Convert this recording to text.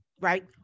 right